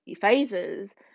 phases